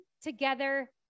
together